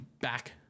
back